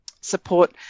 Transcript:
support